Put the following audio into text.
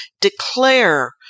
Declare